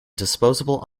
disposable